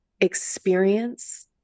experience